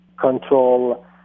control